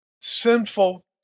sinful